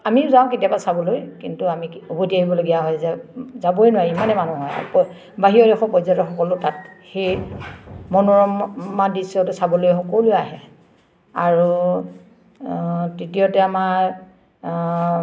আমিও যাওঁ কেতিয়াবা চাবলৈ কিন্তু আমি কি উভতি আহিবলগীয়া হয় যে যাবই নোৱাৰি ইমানে মানুহে হয় বাহিৰৰ দেশৰ পৰ্যটকসকলো তাত সেই মনোৰমা দৃশ্যটো চাবলৈ সকলোৱে আহে আৰু তৃতীয়তে আমাৰ